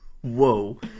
Whoa